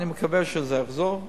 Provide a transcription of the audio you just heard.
ואני מקווה שזה יחזור,